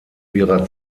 ihrer